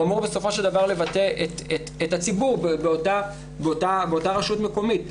הוא אמור בסופו של דבר לבטא את הציבור באותה רשות מקומית,